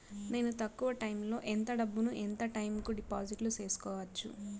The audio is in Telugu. నేను తక్కువ టైములో ఎంత డబ్బును ఎంత టైము కు డిపాజిట్లు సేసుకోవచ్చు?